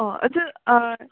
ꯑꯣ ꯑꯗꯨ